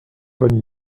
bonne